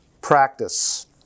Practice